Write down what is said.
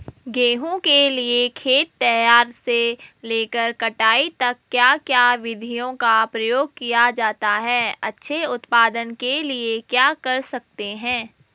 गेहूँ के लिए खेत तैयार से लेकर कटाई तक क्या क्या विधियों का प्रयोग किया जाता है अच्छे उत्पादन के लिए क्या कर सकते हैं?